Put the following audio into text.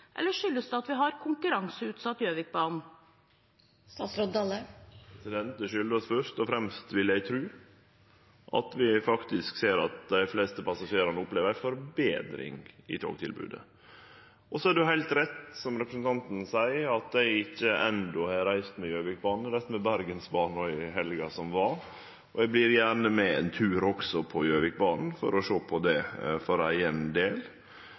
Eller skyldes det at vi har konkurranseutsatt Gjøvikbanen? Det kjem først og fremst av, vil eg tru, at vi ser at dei fleste passasjerane opplever ei forbetring i togtilbodet. Det er heilt rett som representanten seier, at eg enno ikkje har reist med Gjøvikbanen, men eg reiste med Bergensbanen no i helga som var. Eg vert gjerne med ein tur på Gjøvikbanen for å sjå på det, for eigen del.